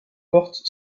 porte